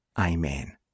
Amen